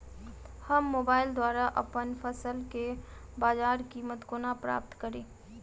हम मोबाइल द्वारा अप्पन फसल केँ बजार कीमत कोना प्राप्त कड़ी?